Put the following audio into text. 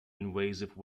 invasive